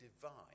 divine